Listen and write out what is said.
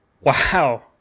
Wow